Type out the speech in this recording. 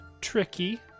tricky